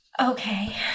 Okay